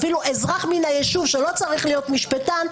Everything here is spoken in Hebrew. אפילו אזרח מן היישוב שלא צריך להיות משפטן,